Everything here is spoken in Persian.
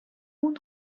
اون